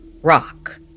Rock